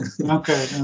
Okay